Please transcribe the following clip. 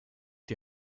die